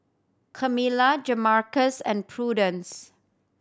Kamila Jamarcus and Prudence